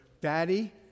daddy